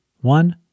One